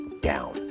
down